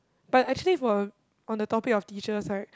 but actually for on the topic of teachers right